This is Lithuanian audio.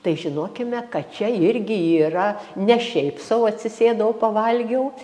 tai žinokime kad čia irgi yra ne šiaip sau atsisėdau pavalgiau